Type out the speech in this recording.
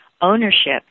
ownership